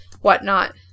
whatnot